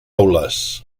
aules